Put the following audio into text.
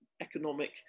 economic